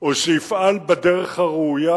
או שיפעל בדרך הראויה.